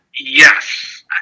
Yes